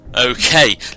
Okay